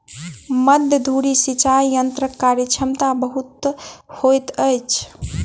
मध्य धुरी सिचाई यंत्रक कार्यक्षमता बहुत होइत अछि